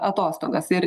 atostogas ir